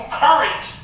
current